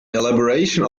elaboration